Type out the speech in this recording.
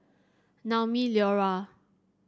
Naumi Liora